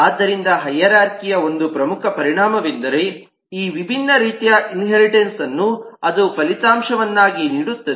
ಆದ್ದರಿಂದ ಹೈರಾರ್ಖಿಯ ಒಂದು ಪ್ರಮುಖ ಪರಿಣಾಮವೆಂದರೆ ಈ ವಿಭಿನ್ನ ರೀತಿಯ ಇನ್ಹೇರಿಟನ್ಸ್ಅನ್ನು ಅದು ಫಲಿತಾಂಶವನ್ನಾಗಿ ನೀಡುತ್ತದೆ